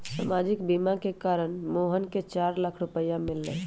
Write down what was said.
सामाजिक बीमा के कारण मोहन के चार लाख रूपए मिल लय